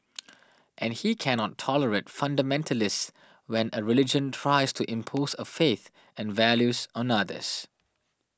and he cannot tolerate fundamentalists when a religion tries to impose a faith and values on others